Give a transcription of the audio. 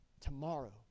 Tomorrow